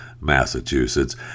Massachusetts